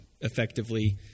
effectively